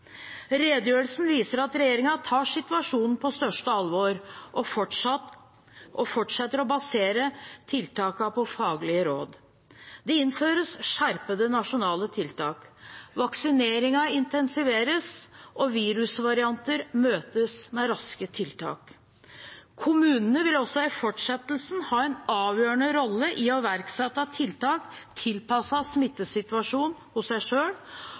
Redegjørelsen viser at regjeringen tar situasjonen på største alvor og fortsetter å basere tiltakene på faglige råd. Det innføres skjerpede nasjonale tiltak, vaksineringen intensiveres og virusvarianter møtes med raske tiltak. Kommunene vil også i fortsettelsen ha en avgjørende rolle i å iverksette tiltak tilpasset smittesituasjonen hos seg